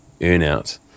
earnout